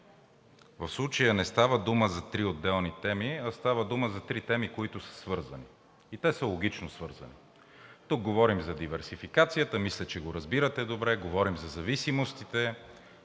в случая не става дума за три отделни теми, а става дума за три теми, които са свързани, и те са логично свързани. Тук говорим за диверсификацията, мисля, че го разбирате добре, говорим за зависимостите,